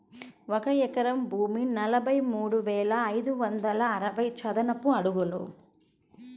ఒక ఎకరం భూమి నలభై మూడు వేల ఐదు వందల అరవై చదరపు అడుగులు